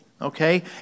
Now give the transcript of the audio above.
okay